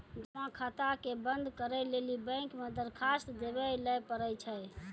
जमा खाता के बंद करै लेली बैंक मे दरखास्त देवै लय परै छै